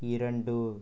இரண்டு